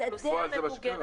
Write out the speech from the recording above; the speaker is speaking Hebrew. זה עלה כאן